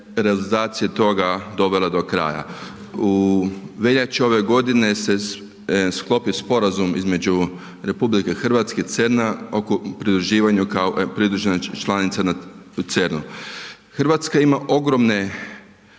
realizacija toga dovela do kraja. U veljači ove godine se sklopio sporazum između RH i CERN-a oko pridruživanja kao pridružena članica u CERN-u. RH ima ogromne